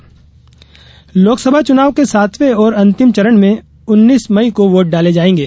नामांकन लोकसभा चुनाव के सातवें और अंतिम चरण में उन्नीस मई को वोट डाले जायेंगे